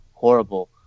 Horrible